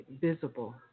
visible